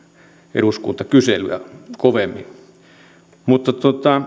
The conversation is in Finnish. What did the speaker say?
eduskuntakyselyä mutta